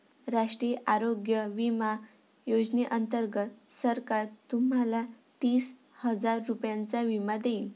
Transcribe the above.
राष्ट्रीय आरोग्य विमा योजनेअंतर्गत सरकार तुम्हाला तीस हजार रुपयांचा विमा देईल